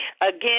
Again